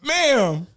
Ma'am